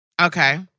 Okay